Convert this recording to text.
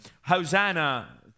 Hosanna